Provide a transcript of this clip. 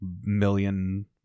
million